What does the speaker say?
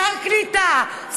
שר קליטה,